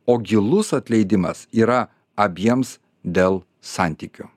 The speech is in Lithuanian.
o gilus atleidimas yra abiems dėl santykių